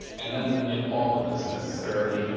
and then, in all of this, necessarily,